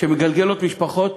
שמגלגלת משפחות